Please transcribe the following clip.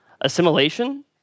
Assimilation